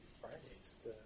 Fridays